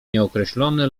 nieokreślony